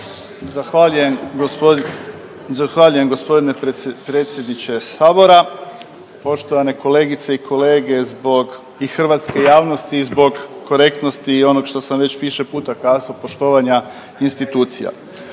Zahvaljujem g. predsjedniče Sabora. Poštovane kolegice i kolege. Zbog i hrvatske javnosti i zbog korektnosti i onog što sam već više puta kazo poštovanja institucija,